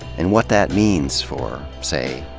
and what that means for, say,